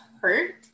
hurt